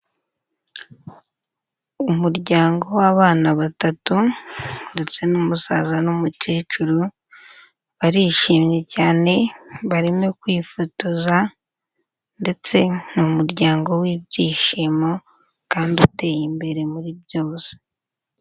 Umuryango w'abana batatu ndetse n'umusaza n'umukecuru, barishimye cyane, barimo kwifotoza ndetse ni umuryango w'ibyishimo kandi uteye imbere muri byose.